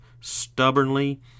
stubbornly